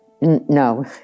no